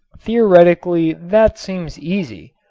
theoretically that seems easy,